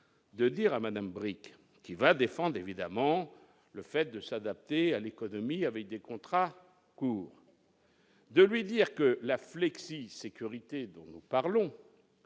de dire à Madame Bricq qui va défendre évidemment le fait de s'adapter à l'économie avec des contrats courts. De lui dire que la flexi-sécurité dont nous parlons